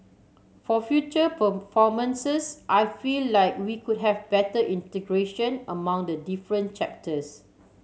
for future performances I feel like we could have better integration among the different chapters